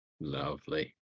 Lovely